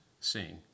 seeing